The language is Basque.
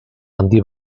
handi